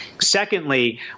Secondly